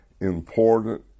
important